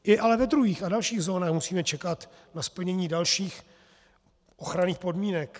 I ale ve druhých a dalších zónách musíme čekat na splnění dalších ochranných podmínek.